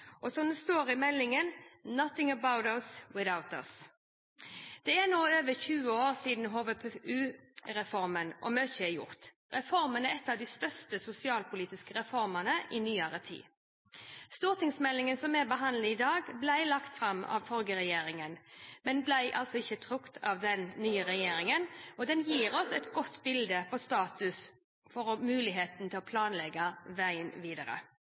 utviklingshemmede. Som det står i meldingen: – «nothing about us without us». Det er nå over 20 år siden HVPU-reformen, og mye er gjort. Reformen er en av de største sosialpolitiske reformene i nyere tid. Stortingsmeldingen som vi behandler i dag, ble lagt fram av den forrige regjeringen, men ble altså ikke trukket av den nye regjeringen. Meldingen gir oss et godt bilde av status og gir oss muligheten til å planlegge veien videre.